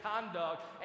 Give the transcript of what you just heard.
conduct